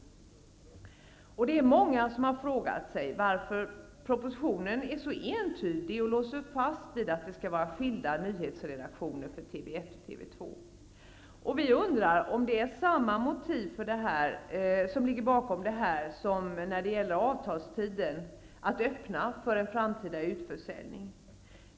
Många har frågat sig varför propositionen är så entydig och fastlåst vid att det skall vara skilda nyhetsredaktioner för TV1 och TV2. Vi undrar om samma motiv ligger bakom detta som när det gäller avtalstiden, nämligen att öppna möjligheter för en framtida utförsäljning.